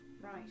Right